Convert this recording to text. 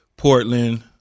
Portland